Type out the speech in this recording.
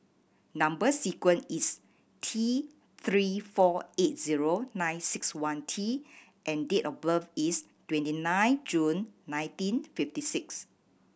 number sequence is T Three four eight zero nine six one T and date of birth is twenty nine June nineteen fifty six